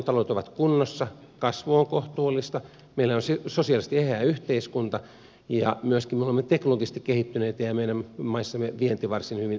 valtiontaloudet ovat kunnossa kasvu on kohtuullista meillä on sosiaalisesti eheä yhteiskunta ja myöskin me olemme teknologisesti kehittyneet ja meidän maissamme vienti varsin hyvin vetää